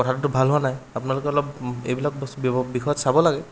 কথাটোতো ভাল হোৱা নাই আপোনালোকে অলপ এইবিলাক বি বিষয়ত চাব লাগে